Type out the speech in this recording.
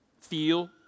feel